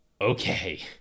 okay